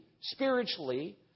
spiritually